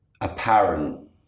apparent